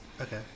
Okay